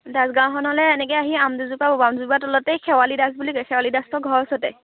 দাস গাঁওখনলৈ এনেকৈ আহি আম দুযোপা পাব আম দুযোপাৰ তলতে শেৱালি দাস বুলি আছে শেৱালি দাসহঁতৰ ঘৰৰ ওচৰতে